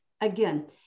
again